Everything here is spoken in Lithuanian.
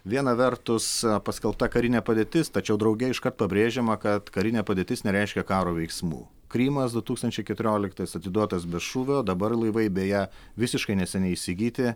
viena vertus paskelbta karinė padėtis tačiau drauge iškart pabrėžiama kad karinė padėtis nereiškia karo veiksmų krymas du tūkstančiai keturioliktais atiduotas be šūvio dabar laivai beje visiškai neseniai įsigyti